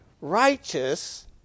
righteous